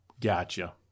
Gotcha